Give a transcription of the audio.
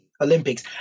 Olympics